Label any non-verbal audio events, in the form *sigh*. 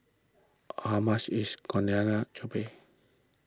how much is Coriander *unintelligible*